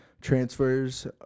Transfers